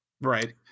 Right